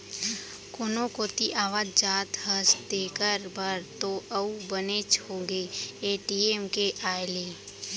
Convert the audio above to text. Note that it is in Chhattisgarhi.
कोनो कोती आवत जात हस तेकर बर तो अउ बनेच होगे ए.टी.एम के आए ले